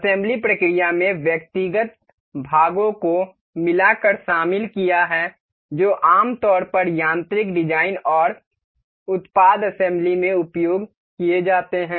assembly प्रक्रिया में व्यक्तिगत भागों को मिला कर शामिल किया है जो आमतौर पर यांत्रिक डिजाइन और उत्पाद असेंबली में उपयोग किए जाते हैं